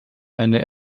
eine